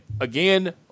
Again